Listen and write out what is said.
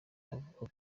avuga